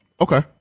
Okay